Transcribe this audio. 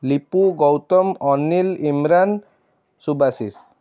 Lipu Gautam Anil Imran Subashish